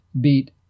beat